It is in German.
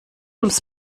ums